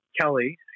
Kelly